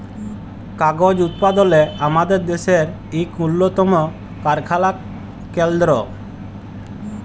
কাগজ উৎপাদলে আমাদের দ্যাশের ইক উল্লতম কারখালা কেলদ্র